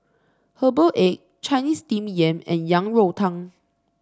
Herbal Egg Chinese Steamed Yam and Yang Rou Tang